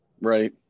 Right